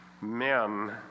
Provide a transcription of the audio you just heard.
men